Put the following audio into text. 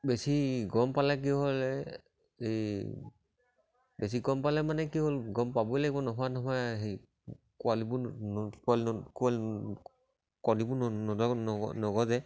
বেছি গৰম পালে কি হ'লে এই বেছি গৰম পালে মানে কি হ'ল গৰম পাবই লাগিব নোহোৱা নহয় হেৰি পোৱালিবোৰ নগজে